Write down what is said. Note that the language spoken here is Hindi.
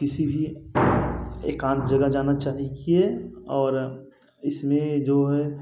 किसी भी एकांत जगह जाना चाहिए और इसमें जो है